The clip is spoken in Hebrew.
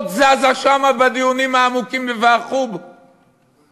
אות זזה שם בדיונים העמוקים בוועדת החוץ והביטחון?